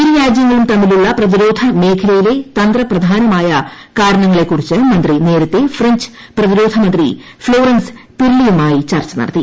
ഇരുരാജ്യങ്ങളും തമ്മിലുള്ള പ്രതിരോധ മേഖലയിലെ തന്ത്രപ്രധാനമായ സഹകരണത്തെക്കുറിച്ചും മന്ത്രി നേരത്തേ ഫ്രഞ്ച് പ്രതിരോധമന്ത്രി ഫ്ളോറൻസ് പിർലിയുമായി ചർച്ച നടത്തി